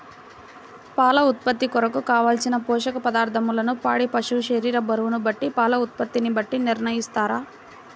పాల ఉత్పత్తి కొరకు, కావలసిన పోషక పదార్ధములను పాడి పశువు శరీర బరువును బట్టి పాల ఉత్పత్తిని బట్టి నిర్ణయిస్తారా?